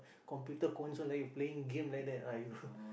computer console like you playing game like that ah you